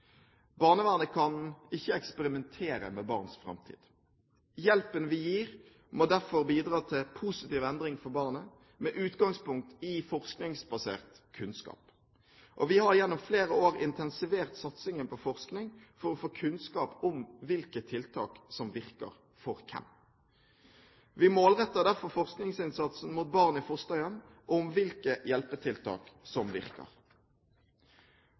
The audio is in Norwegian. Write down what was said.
Barnevernet kan ikke eksperimentere med barns framtid. Hjelpen vi gir, må derfor bidra til positiv endring for barnet, med utgangspunkt i forskningsbasert kunnskap. Vi har gjennom flere år intensivert satsingen på forskning for å få kunnskap om hvilke tiltak som virker, for hvem. Vi målretter derfor forskningsinnsatsen mot barn i fosterhjem og mot hvilke hjelpetiltak som virker.